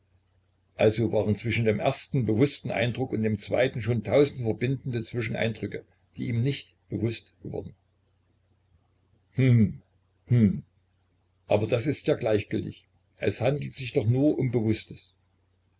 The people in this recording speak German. also waren zwischen dem ersten bewußten eindruck und dem zweiten schon tausend verbindende zwischeneindrücke die ihm nicht bewußt geworden hm hm aber das ist ja gleichgültig es handelt sich doch nur um bewußtes